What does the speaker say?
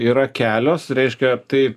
yra kelios reiškia tai